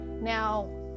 Now